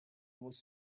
was